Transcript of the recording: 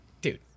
Dude